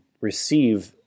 receive